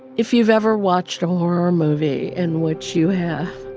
if you've ever watched a horror movie in which you had